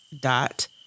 dot